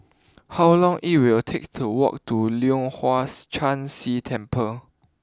how long it will take to walk to Leong Hwa Chan Si Temple